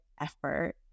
effort